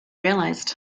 realized